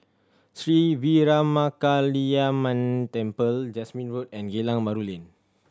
Sri Veeramakaliamman Temple Jasmine Road and Geylang Bahru Lane